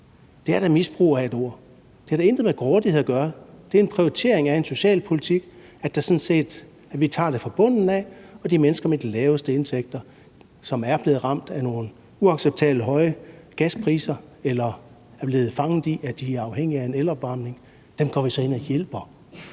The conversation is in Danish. Det er da misbrug af et ord. Det har da intet med grådighed at gøre; det er en prioritering af en socialpolitik, at vi sådan set tager det fra bunden af, og det er mennesker med de laveste indtægter, som er blevet ramt af nogle uacceptabelt høje gaspriser, eller som er blevet fanget i, at de er afhængige af en elopvarmning, og dem går vi så ind og hjælper.